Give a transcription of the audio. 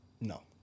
no